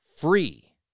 free